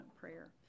prayer